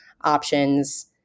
options